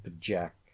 jack